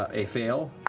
ah a fail,